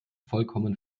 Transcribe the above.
vollkommen